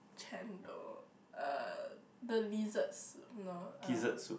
chendol uh the lizard soup no uh